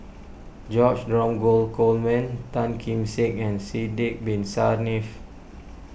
George Dromgold Coleman Tan Kim Seng and Sidek Bin Saniff